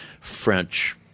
French